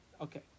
Okay